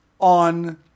on